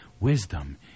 wisdom